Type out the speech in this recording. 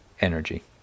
energy